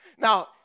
Now